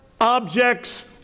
objects